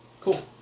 Cool